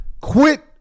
Quit